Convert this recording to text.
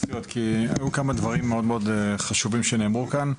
היו כמה דברים מאוד חשובים שנאמרו כאן,